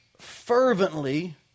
fervently